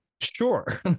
sure